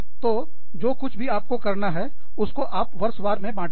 तो जो कुछ भी आपको करना है उसको आप वर्ष वार में बांट दें